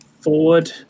forward